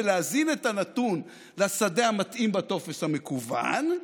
ולהזין את הנתון לשדה המתאים בטופס המקוון.